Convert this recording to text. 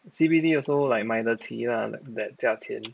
C_B_D also like 买得起 lah like that 价钱